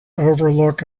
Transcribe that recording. overlook